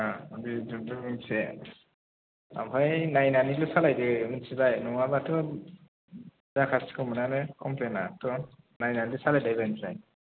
बेबो मोनसे ओमफ्राय नायनानैल' सालायदो मिथिबाय नङाबाथ' जाखासिगौमोनानो कमप्लेनाथ' नायनानैल' सालायदो ओइबारनिफ्राय